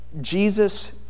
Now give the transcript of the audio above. Jesus